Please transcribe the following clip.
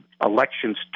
elections